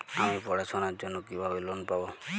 আমি পড়াশোনার জন্য কিভাবে লোন পাব?